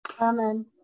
Amen